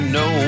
no